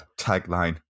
tagline